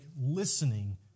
listening